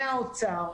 מהאוצר,